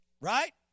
Right